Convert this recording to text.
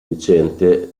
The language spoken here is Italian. recente